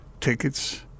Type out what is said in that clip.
tickets